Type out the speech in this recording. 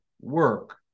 work